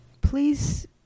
please